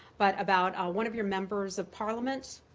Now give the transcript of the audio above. but about one of your members of parliament,